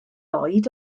oed